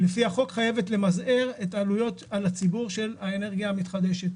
לפי החוק חייבת למזער את העלויות על הציבור של האנרגיה המתחדשת.